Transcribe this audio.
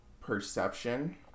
perception